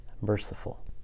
merciful